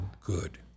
good